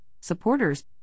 supporters